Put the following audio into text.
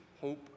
hope